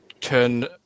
turn